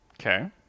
Okay